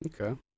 Okay